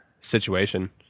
situation